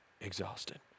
exhausted